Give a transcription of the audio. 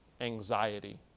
anxiety